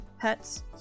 pets